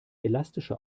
elastische